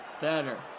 better